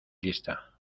lista